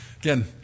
Again